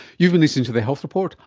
you've been listening to the health report,